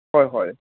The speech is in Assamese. হয় হয়